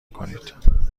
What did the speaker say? کنید